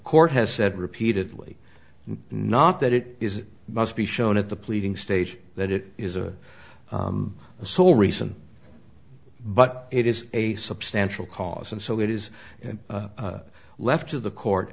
court has said repeatedly not that it is must be shown at the pleading stage that it is a sole reason but it is a substantial cause and so it is left to the court